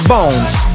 Bones